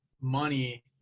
money